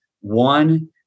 one